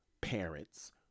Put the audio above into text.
parents